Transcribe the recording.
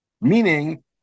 meaning